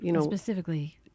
Specifically